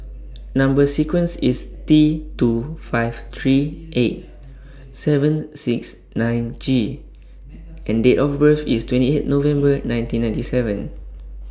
Number sequence IS T two five three eight seven six nine G and Date of birth IS twenty eight November nineteen ninety seven